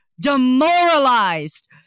demoralized